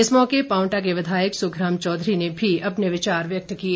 इस मौके पांवटा के विधायक सुखराम चौधरी ने भी अपने विचार व्यक्त किए